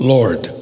Lord